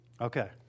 Okay